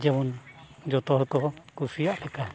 ᱡᱮᱢᱚᱱ ᱡᱚᱛᱚ ᱦᱚᱲ ᱠᱚ ᱠᱩᱥᱤᱭᱟᱜ ᱞᱮᱠᱟ